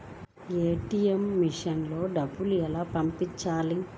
ATM మెషిన్లో డబ్బులు ఎలా పంపాలి?